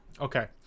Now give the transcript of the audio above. Okay